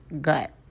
gut